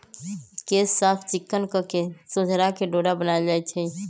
केश साफ़ चिक्कन कके सोझरा के डोरा बनाएल जाइ छइ